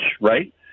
right